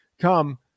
come